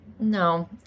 no